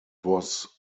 was